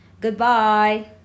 Goodbye